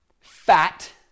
fat